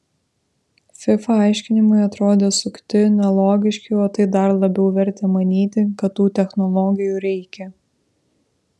fifa aiškinimai atrodė sukti nelogiški o tai dar labiau vertė manyti kad tų technologijų reikia